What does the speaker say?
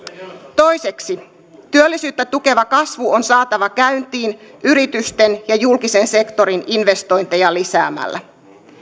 toiseksi työllisyyttä tukeva kasvu on saatava käyntiin yritysten ja julkisen sektorin investointeja lisäämällä